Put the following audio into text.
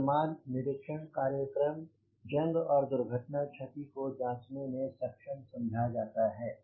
वर्तमान निरीक्षण कार्यक्रम जंग और दुर्घटना क्षति को जाँचने में सक्षम समझा जाता है